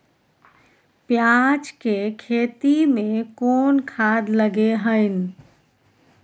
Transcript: पियाज के खेती में कोन खाद लगे हैं?